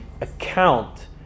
account